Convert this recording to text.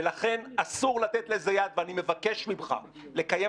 ולכן אסור לתת לזה יד ואני מבקש מך לקיים